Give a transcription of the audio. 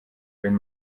wenn